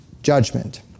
judgment